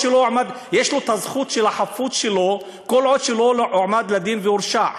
יש לו את זכות החפות שלו כל עוד הוא לא הועמד לדין והורשע.